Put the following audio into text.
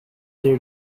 their